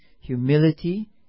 humility